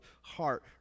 heart